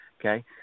okay